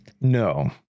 no